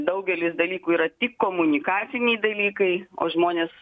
daugelis dalykų yra tik komunikaciniai dalykai o žmonės